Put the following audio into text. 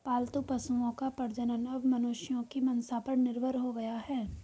पालतू पशुओं का प्रजनन अब मनुष्यों की मंसा पर निर्भर हो गया है